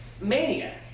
maniac